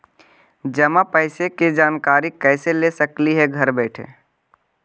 जमा पैसे के जानकारी कैसे ले सकली हे घर बैठे?